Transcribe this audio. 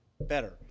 Better